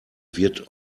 wird